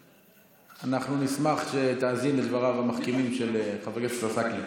אנחנו נשמח שתאזין לדבריו המחכימים של חבר הכנסת עסאקלה.